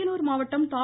அரியலூர் மாவட்டம் தா